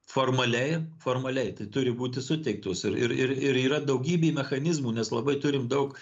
formaliai formaliai tai turi būti suteiktos ir ir ir yra daugybė mechanizmų nes labai turim daug